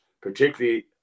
particularly